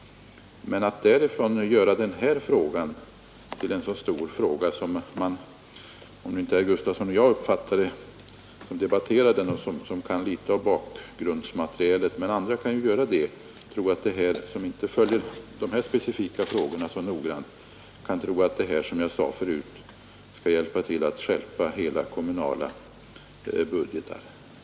Men därifrån är det ett långt steg till att göra detta till en så stor fråga att många som inte kan bakgrundsmaterialet till denna sak så bra som herr Gustafson och jag kan förledas till att tro att denna förändring av anslaget kan bidra till att stjälpa hela kommunala budgetar.